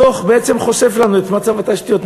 הדוח בעצם חושף לנו את מצב התשתיות.